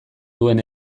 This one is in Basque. duen